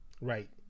Right